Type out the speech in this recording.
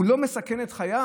הוא לא מסכן את חייו?